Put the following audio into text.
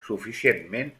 suficientment